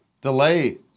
delay